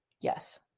Yes